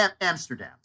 Amsterdam